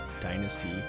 Dynasty